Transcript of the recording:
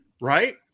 right